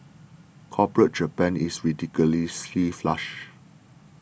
corporate Japan is ridiculously flush